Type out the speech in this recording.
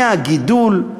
מהגידול,